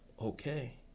okay